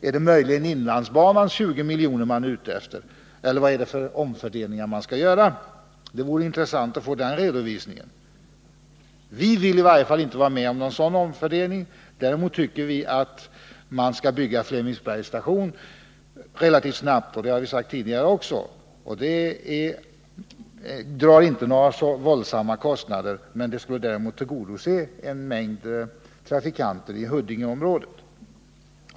Är det möjligen inlandsbanans 20 miljoner man är ute efter, eller vilka omfördelningar är det som skall göras? Det vore intressant att få det redovisat. Vi vill i varje fall inte vara med om någon sådan omfördelning, däremot tycker vi att Flemingsbergs station skall byggas relativt snabbt. Det har vi sagt tidigare också. Det drar inte så våldsamma kostnader men skulle tillgodose en mängd trafikanter i Huddingeområdet.